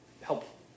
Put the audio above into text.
help